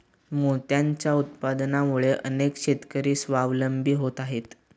मोत्यांच्या उत्पादनामुळे अनेक शेतकरी स्वावलंबी होत आहेत